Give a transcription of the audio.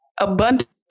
Abundant